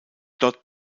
dort